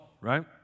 right